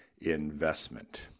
investment